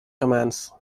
commands